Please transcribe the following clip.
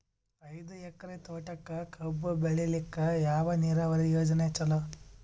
ಐದು ಎಕರೆ ತೋಟಕ ಕಬ್ಬು ಬೆಳೆಯಲಿಕ ಯಾವ ನೀರಾವರಿ ಯೋಜನೆ ಚಲೋ?